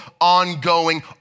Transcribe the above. ongoing